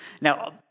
Now